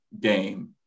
game